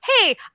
Hey